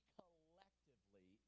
collectively